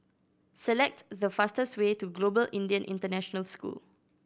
select the fastest way to Global Indian International School